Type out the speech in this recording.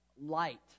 light